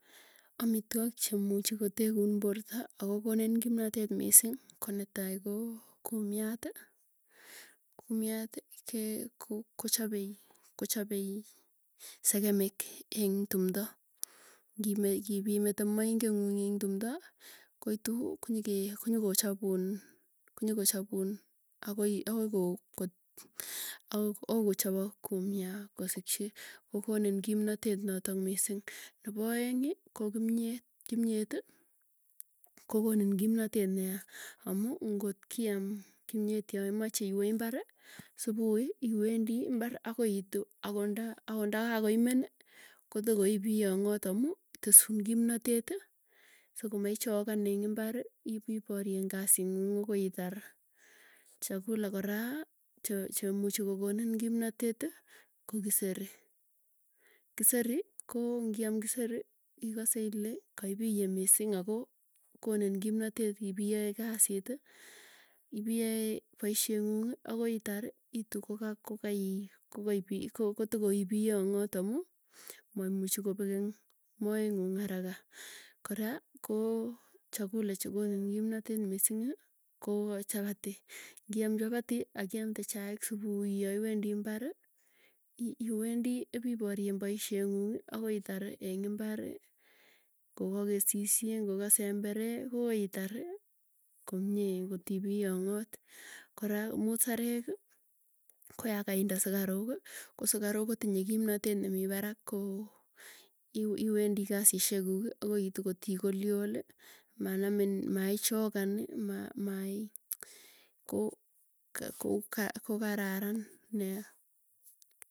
Amitwok chemuchi kotekun porta akokonin kimnatet mising, ko netai ko kumyat, kumyat kochopei sekemik eng tumdo. Ngipimete moinet ng'uung ing tumdo kokonyukochapu, akoi kochpok kumyat kosikchi ko konin kimnatet natok misiing. Nepo aeng ko kimyet, kimyeti ko konin kimnatet nea amuu ngotkiam kimyet yaimache iwee imbarr supui iwendi imbarr akiitu akot ndakakoimeni, kotokoipiyong'ot amuu tesun kimnateti soko maichokan eng imbarriporien kasit ng'uung akoitar. Chakula kora che che muchii kokonin kimnatet ko kiseri, kiseri ko ngiam kiseri ikase ile kaipioye misiing ako konin kimnatetipiyae kasiti. Iiyae poisyet ng'uung akoi itar, iitu kokaipiye, kotokoipiyong'ot amuu maimuchi kopek eng moe ng'uuung haraka. Kora koo chakula chekonin kimnatet misiing koo chapati, ngiam chapati akiamnde chaik supui yaiwendii imbari, i iwendi ipiporien poisyet ng'ung akoi itar eng imbari ngokakesisiet, ngoka sembere kwakoi itari. Komie kotipiang'at kora musareki koyakainde sukaruk ko sikaruk kotinye, kimnatet nemii parak koo iwendi kwasisyek kuuk akoiitu kotikolyoli manamin maichokani. Ma mai ko kararan nea.